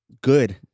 Good